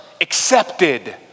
accepted